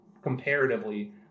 Comparatively